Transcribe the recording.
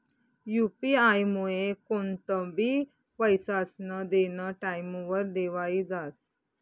UP आयमुये कोणतंबी पैसास्नं देनं टाईमवर देवाई जास